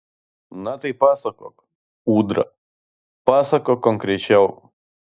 na tai pasakok ūdra pasakok konkrečiau